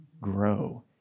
grow